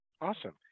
Awesome